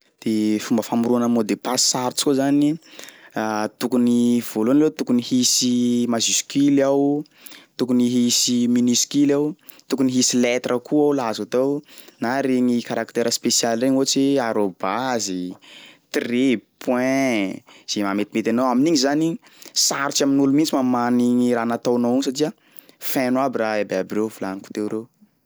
De fomba famorona mot de passe sarotsy koa zany, tokony voalohany aloha tokony hisy majuscule ao, tokony hisy minuniscule ao, tokony hisy lettre koa ao laha azo atao na regny caractère spesialy regny ohatsy hoe arobase, tiret, point, zay mahametimety anao amin'igny zany sarotsy amin'olo mihitsy mamaha an'igny raha nataonao igny satria feno aby raha aby aby reo volaniko teo reo.